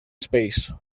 space